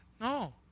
No